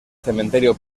cementerio